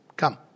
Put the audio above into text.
come